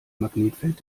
magnetfeld